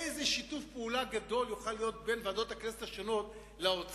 איזה שיתוף פעולה גדול יוכל להיות בין ועדות הכנסת השונות לאוצר,